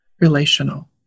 relational